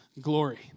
glory